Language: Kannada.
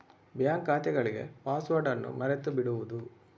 ಬ್ಯಾಂಕ್ ಖಾತೆಗಳಿಗೆ ಪಾಸ್ವರ್ಡ್ ಅನ್ನು ಮರೆತು ಬಿಡುವುದು